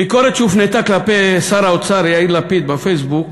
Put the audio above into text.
ביקורת שהופנתה כלפי שר האוצר יאיר לפיד בפייסבוק,